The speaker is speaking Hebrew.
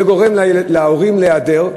זה גורם להורים להיעדר.